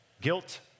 Guilt